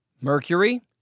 Mercury